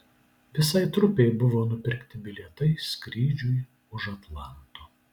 visai trupei buvo nupirkti bilietai skrydžiui už atlanto